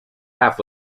half